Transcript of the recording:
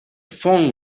phone